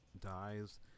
dies